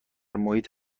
محیط